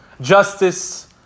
justice